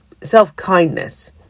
self-kindness